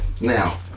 Now